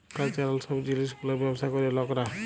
cultural সব জিলিস গুলার ব্যবসা ক্যরে লকরা